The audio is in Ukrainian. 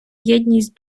єдність